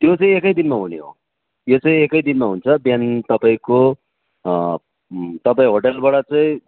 त्यो चाहिँ एकैदिनमा हुने हो यो एकैदिनमा हुन्छ बिहान तपाईँको तपाईँ होटेलबाट चाहिँ